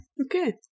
Okay